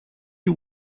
you